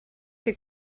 que